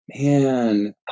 man